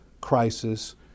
crisis